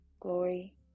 glory